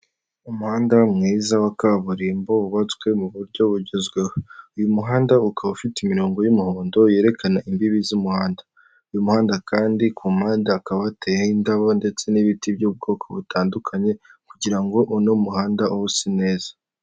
Umuhanda mwiza wa kaburimbo wubatswe mu buryo bugezweho uyu muhanda ukaba ufite imirongo y'umuhondo yerekana imbibi z'umuhanda uyu muhanda kandi kumpande hakaba hateyeho indabo ndetse n'ibiti by'ubwoko butandukanye kugira ngo uno muhanda ube usa neza.